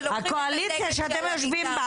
הקואליציה שאתם יושבים בה